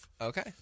Okay